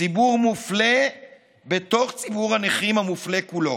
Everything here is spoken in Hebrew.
ציבור מופלה בתוך ציבור הנכים המופלה כולו.